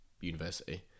university